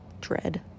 dread